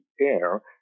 air